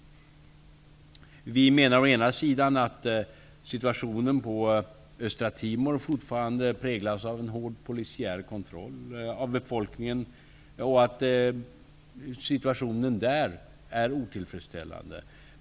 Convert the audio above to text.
Vi menar å ena sidan att situationen på Östra Timor fortfarande präglas av en hård polisiär kontroll av befolkningen och att situationen där är otillfredsställande.